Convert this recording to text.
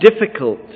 difficult